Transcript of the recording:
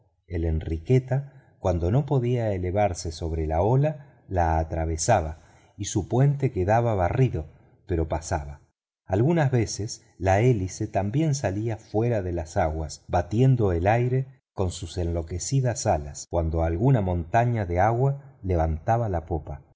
la enriqueta cuando no podía elevarse sobre la ola la atravesaba y su puente quedaba barrido pero pasaba algunas veces la hélice también salía fuera de las aguas batiendo el aire con sus enloquecidas alas cuando alguna montaña de agua levantaba la popa